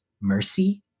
mercy